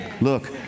Look